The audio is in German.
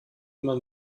immer